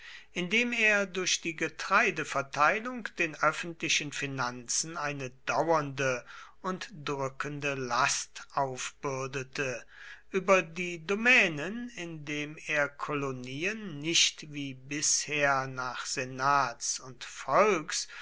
indem er durch die getreideverteilung den öffentlichen finanzen eine dauernde und drückende last aufbürdete über die domänen indem er kolonien nicht wie bisher nach senats und volks